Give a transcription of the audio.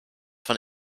von